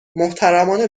محترمانه